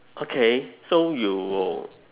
okay so you